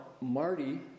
Marty